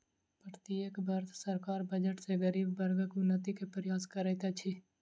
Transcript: प्रत्येक वर्ष सरकार बजट सॅ गरीब वर्गक उन्नति के प्रयास करैत अछि